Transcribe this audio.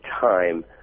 time